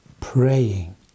praying